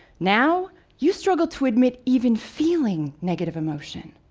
now, you struggle to admit even feeling negative emotion.